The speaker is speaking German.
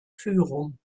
führung